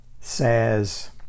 says